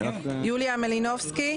יוליה מלינובסקי.